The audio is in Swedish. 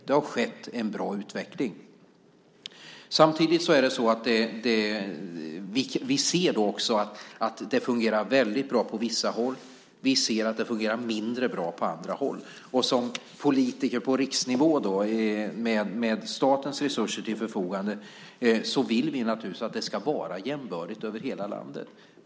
Det har skett en bra utveckling. Vi ser att det fungerar väldigt bra på vissa håll samtidigt som vi ser att det fungerar mindre bra på andra håll. Och som politiker på riksnivå med statens resurser till förfogande vill vi naturligtvis att det ska vara jämbördigt över hela landet.